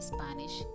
Spanish